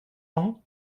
machen